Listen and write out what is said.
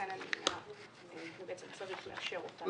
ולכן אין מניעה ובעצם צריך לאשר אותן.